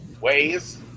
ways